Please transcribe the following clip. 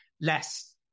less